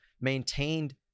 maintained